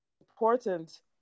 important